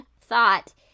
thought